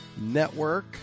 Network